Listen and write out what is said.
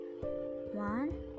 one